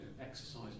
exercise